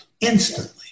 instantly